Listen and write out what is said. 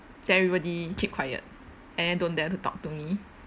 then everybody keep quiet and then don't dare to talk to me